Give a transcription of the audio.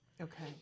Okay